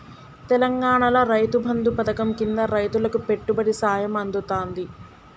తెలంగాణాల రైతు బంధు పథకం కింద రైతులకు పెట్టుబడి సాయం అందుతాంది